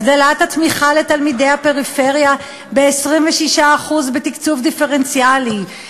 הגדלת התמיכה לתלמידי הפריפריה ב-26% בתקצוב דיפרנציאלי,